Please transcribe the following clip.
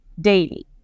daily